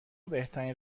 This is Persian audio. بهترین